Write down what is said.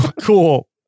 cool